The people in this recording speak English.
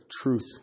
truth